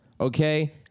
Okay